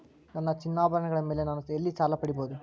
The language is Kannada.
ನನ್ನ ಚಿನ್ನಾಭರಣಗಳ ಮೇಲೆ ನಾನು ಎಲ್ಲಿ ಸಾಲ ಪಡೆಯಬಹುದು?